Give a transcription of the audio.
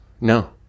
No